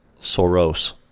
Soros